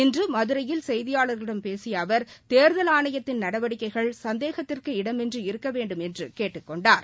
இன்று மதுரையில் செய்தியாளர்களிடம் பேசிய அவர் தேர்தல் ஆணையத்தின் நடவடிக்கைகள் சந்தேகத்திற்கு இடமின்றி இருக்க வேண்டும் என்று கேட்டுக் கொண்டார்